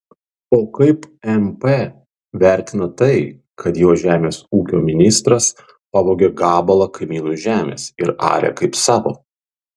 o kaip mp vertina tai kad jo žemės ūkio ministras pavogė gabalą kaimynų žemės ir arė kaip savo